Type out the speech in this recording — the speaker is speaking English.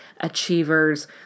achievers